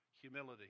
humility